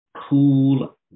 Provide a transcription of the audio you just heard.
cool